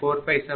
45767